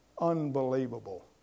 unbelievable